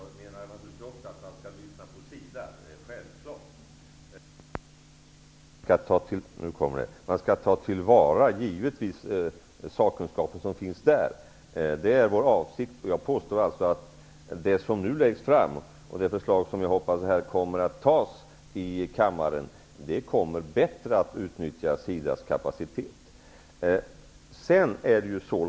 Herr talman! Jag vill gärna ha sagt att man naturligtvis också skall lyssna på SIDA. Det är självklart. Man skall givetvis ta till vara den sakkunskap som finns där. Det är regeringens avsikt. Jag påstår att det förslag som nu läggs fram, och som jag hoppas att riksdagen kommer att anta i kammaren, gör att SIDA:s kapacitet kan utnyttjas bättre.